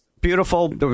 Beautiful